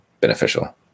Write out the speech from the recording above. Beneficial